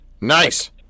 Nice